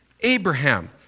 Abraham